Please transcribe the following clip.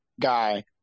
guy